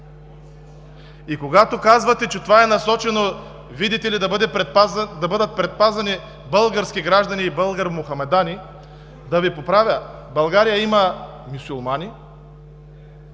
Когато казвате, че това е насочено, видите ли, да бъдат предпазени български граждани и българо-мохамедани, да Ви поправя – България има мюсюлмани,